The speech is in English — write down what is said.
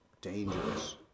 dangerous